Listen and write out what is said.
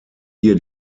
hier